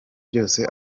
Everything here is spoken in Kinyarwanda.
byose